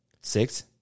Six